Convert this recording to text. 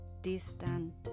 distant